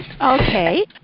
Okay